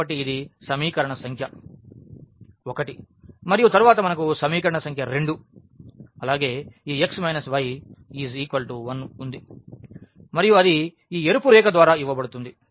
కాబట్టి ఇది సమీకరణ సంఖ్య 1 మరియు తరువాత మనకు సమీకరణ సంఖ్య 2 అలాగే ఈ x y 1 ఉంది మరియు అది ఈ ఎరుపు రేఖ ద్వారా ఇవ్వబడుతుంది